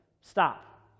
stop